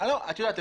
את יודעת,